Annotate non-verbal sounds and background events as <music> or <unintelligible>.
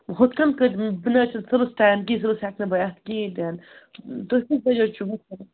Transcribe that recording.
ہُتھ کَن <unintelligible> بہٕ نہٕ حظ چھُنہٕ صُبحَس ٹایم کِہیٖنۍ صُبحَس ہٮ۪کہٕ نہٕ بہٕ اٮ۪تھ کِہیٖنۍ تہِ نہٕ تُہۍ کٔژِ بَجہِ حظ چھُو <unintelligible>